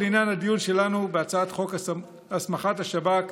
לעניין הדיון שלנו בהצעת חוק הסמכת השב"כ,